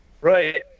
Right